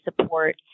support